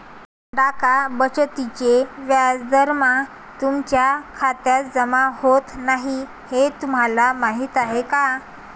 डाक बचतीचे व्याज दरमहा तुमच्या खात्यात जमा होत नाही हे तुम्हाला माहीत आहे का?